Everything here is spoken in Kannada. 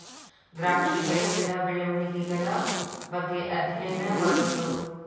ದ್ರಾಕ್ಷಿ ಬಳ್ಳಿಗಳ ಬೆಳೆವಣಿಗೆಗಳ ಬಗ್ಗೆ ಅದ್ಯಯನಾ ಮಾಡುದು